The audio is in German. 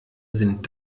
sind